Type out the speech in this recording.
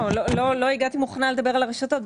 לא הגעתי מוכנה לדבר על הרשתות.